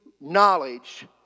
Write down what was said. knowledge